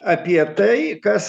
apie tai kas